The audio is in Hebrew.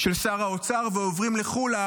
של שר האוצר ועוברים לחו"ל.